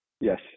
Yes